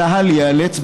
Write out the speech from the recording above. צה"ל ייאלץ,